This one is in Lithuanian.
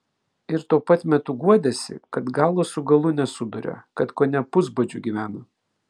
ir tuo pat metu guodėsi kad galo su galu nesuduria kad kone pusbadžiu gyvena